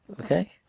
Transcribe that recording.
Okay